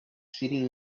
sitting